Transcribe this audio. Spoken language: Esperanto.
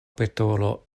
petolo